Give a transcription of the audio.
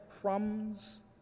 crumbs